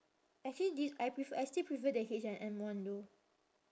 actually this I prefer I still prefer the H&M one though